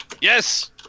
Yes